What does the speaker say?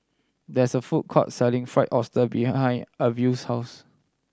there is a food court selling Fried Oyster behind Arvil's house